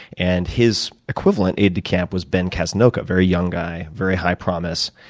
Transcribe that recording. and his equivalent aide-de-camp was ben casnocha. very young guy. very high promise.